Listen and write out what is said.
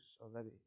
already